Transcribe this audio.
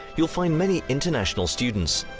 you'll find many international students.